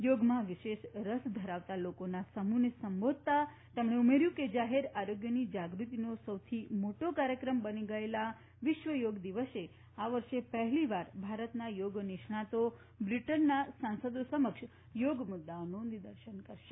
યોગમાં વિશેષ રસ ધરાવતા લોકોના સમૂહને સંબોધતાં તેમણે ઉમેર્યું હતું કે જાહેર આરોગ્યની જાગૃતિનો સૌથી મોટો કાર્યક્રમ બની ગયેલા વિશ્વ યોગ દિવસે આ વર્ષે પહેલીવાર ભારતના યોગ નિષ્ણાંતો બ્રિટનની સાંસદો સમક્ષ યોગ મુદ્દાઓનું નિદર્શન કરશે